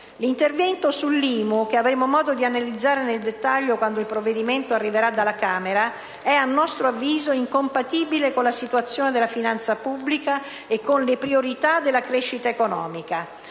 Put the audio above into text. L'intervento sull'IMU - che avremo modo di analizzare nel dettaglio quando il provvedimento arriverà dalla Camera - è, a nostro avviso, incompatibile con la situazione della finanza pubblica e con le priorità della crescita economica.